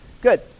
Good